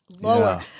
lower